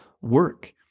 work